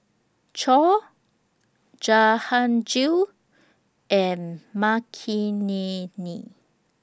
Choor Jahangir and Makineni